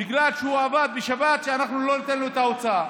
בגלל שהוא עבד בשבת, אנחנו לא ניתן לו את ההוצאה.